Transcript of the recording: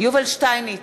יובל שטייניץ,